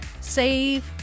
save